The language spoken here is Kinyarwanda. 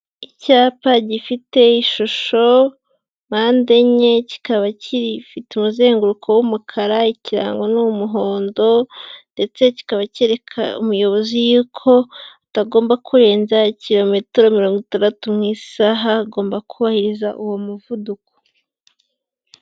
Icyapa gifite ishusho mpande enye, kikaba kifite umuzenguruko w'umukara, ikirango ni umuhondo ndetse kikaba cyereka umuyobozi y'uko atagomba kurenza kilometero mirongo itandatu mu isaha, agomba kubahiriza uwo muvuduko.